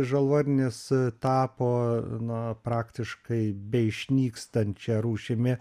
žalvarnis tapo na praktiškai beišnykstančią rūšimi